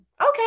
Okay